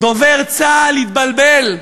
דובר צה"ל התבלבל.